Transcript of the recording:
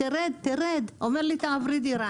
הוא אומר לי "תעברי דירה".